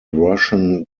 russian